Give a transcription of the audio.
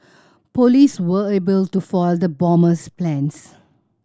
police were able to foil the bomber's plans